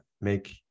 make